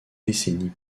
décennies